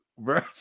Bro